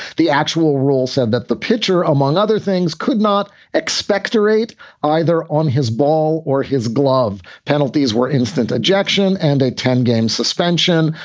the actual rule said that the pitcher, among other things, could not expectorate either on his ball or his glove. penalties were instant ejection and a ten game suspension.